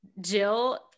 Jill